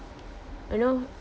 !hannor!